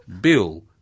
Bill